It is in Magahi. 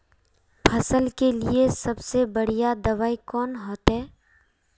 फसल के लिए सबसे बढ़िया दबाइ कौन होते?